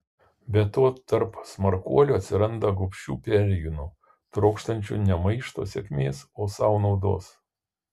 be to tarp smarkuolių atsiranda gobšių perėjūnų trokštančių ne maišto sėkmės o sau naudos